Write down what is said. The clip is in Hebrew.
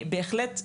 בהחלט,